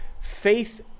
faith